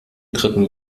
dritten